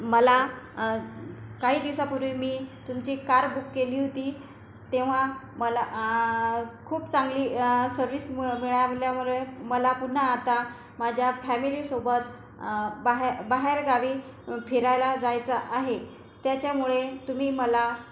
मला काही दिवसापूर्वी मी तुमची कार बुक केली होती तेव्हा मला खूप चांगली सर्विस मिळ मिळाल्यामुरे मला पुन्हा आता माझ्या फॅमिलीसोबत बाहे बाहेरगावी फिरायला जायचं आहे त्याच्यामुळे तुम्ही मला